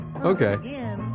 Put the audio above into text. okay